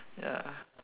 ya